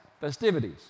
festivities